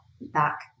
back